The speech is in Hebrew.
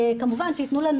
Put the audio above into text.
כמובן שיתנו לנו,